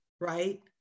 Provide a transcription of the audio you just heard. right